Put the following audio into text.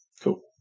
Cool